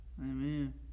Amen